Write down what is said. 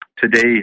Today